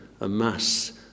amass